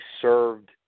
served